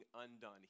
undone